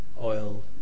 oil